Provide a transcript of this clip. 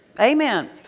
Amen